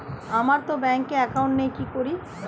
আমারতো ব্যাংকে একাউন্ট নেই কি করি?